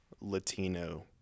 Latino